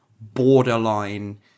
borderline